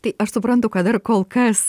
tai aš suprantu kad dar kol kas